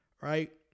Right